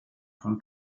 von